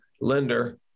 lender